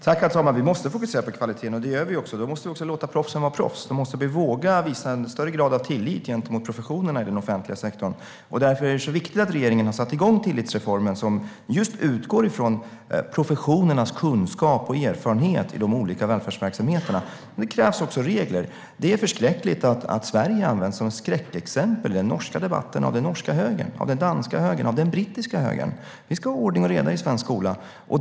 Herr talman! Vi måste fokusera på kvaliteten, och det gör vi också. Vi måste också låta proffsen vara proffs. Vi måste våga visa en större grad av tillit gentemot professionerna i den offentliga sektorn. Därför är det så viktigt att regeringen har satt igång tillitsreformen som utgår från professionernas kunskap och erfarenhet i de olika välfärdsverksamheterna. Men det krävs också regler. Det är förskräckligt att Sverige används som ett skräckexempel i norska debatten av den norska högern, av den danska högern och av den brittiska högern. Vi ska ha ordning och reda i svensk skola.